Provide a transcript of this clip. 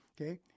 okay